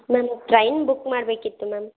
ನಾನು train book ಮಾಡಬೇಕಿತ್ತು ma'am